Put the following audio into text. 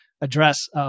address